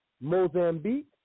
Mozambique